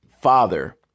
father